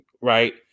right